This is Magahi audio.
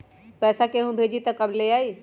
पैसा केहु भेजी त कब ले आई?